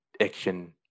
action